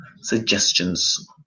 suggestions